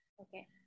Okay